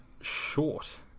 short